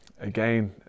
again